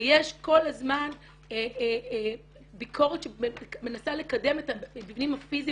ויש כל הזמן ביקורת שמנסה לקדם את המבנים הפיזיים